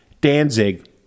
Danzig